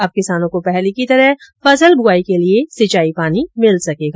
अब किसानों को पहले की तरह फसल बुआई के लिए सिंचाई पानी मिल सकेगा